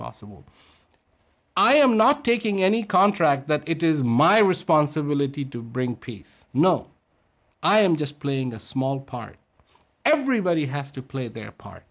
possible i am not taking any contract that it is my responsibility to bring peace no i am just playing a small part everybody has to play their part